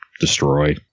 destroy